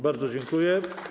Bardzo dziękuję.